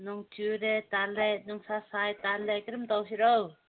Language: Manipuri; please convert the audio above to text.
ꯅꯣꯡ ꯆꯨꯔꯦ ꯇꯜꯂꯦ ꯅꯨꯡꯁꯥ ꯁꯥꯏ ꯇꯜꯂꯦ ꯀꯔꯝ ꯇꯧꯁꯤꯔꯣ